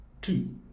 Two